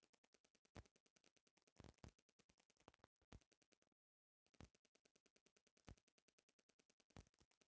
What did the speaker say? common stock कवनो व्यापारिक लाभांश के स्वामित्व के एगो सामान्य प्रकार हवे